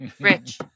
Rich